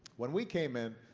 when we came in,